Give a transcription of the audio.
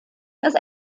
ist